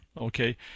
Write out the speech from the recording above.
okay